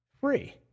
free